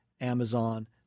Amazon